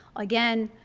again,